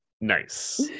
nice